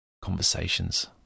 conversations